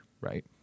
right